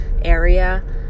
area